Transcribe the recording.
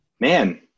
man